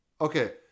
Okay